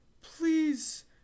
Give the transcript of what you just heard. please